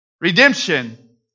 Redemption